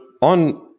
on